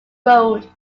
road